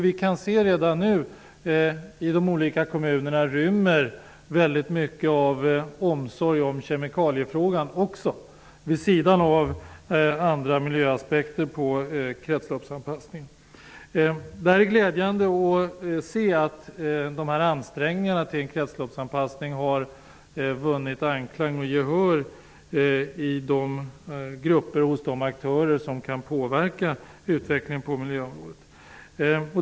Vi kan redan nu ute i kommunerna se att detta rymmer väldigt mycket av omsorg om kemikaliefrågan också, vid sidan av andra miljöaspekter på kretsloppsanpassningen. Det är glädjande att se att de här ansträngningarna för en kretsloppsanpassning har vunnit anklang och gehör i de grupper och hos de aktörer som kan påverka utvecklingen på miljöområdet.